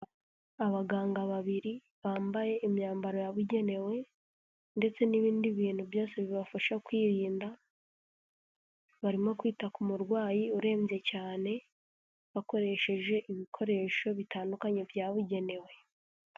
Abaganga babiri bambaye imyambaro yabugenewe ndetse n'ibindi bintu byose bibafasha kwirinda, barimo kwita ku murwayi urembye cyane, bakoresheje ibikoresho bitandukanye byabugenewe.